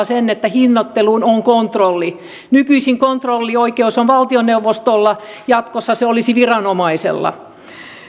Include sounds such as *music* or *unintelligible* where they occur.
*unintelligible* sen että hinnoitteluun on kontrolli nykyisin kontrollioikeus on valtioneuvostolla jatkossa se olisi viranomaisella